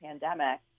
pandemic